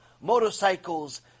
motorcycles